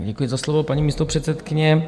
Děkuji za slovo, paní místopředsedkyně.